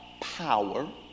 power